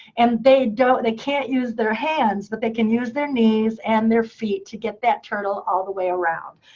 and they don't they can't use their hands, but they can use their knees and their feet to get that turtle all the way around.